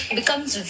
becomes